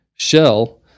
shell